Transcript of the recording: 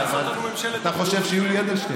אני מנסה להבין למה כשיש מבצע,